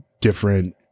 different